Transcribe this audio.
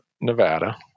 Nevada